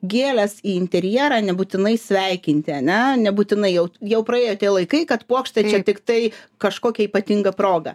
gėles į interjerą nebūtinai sveikinti ane nebūtinai jau jau praėjo tie laikai kad puokštė čia tiktai kažkokia ypatinga proga